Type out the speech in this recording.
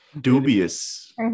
dubious